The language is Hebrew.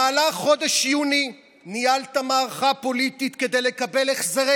במהלך חודש יוני ניהלת מערכה פוליטית כדי לקבל החזרי